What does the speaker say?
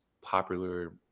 popular